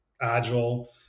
agile